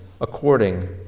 according